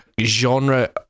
genre